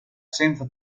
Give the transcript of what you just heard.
senza